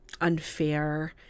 unfair